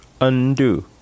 Undo